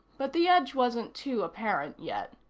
but the edge wasn't too apparent yet.